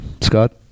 Scott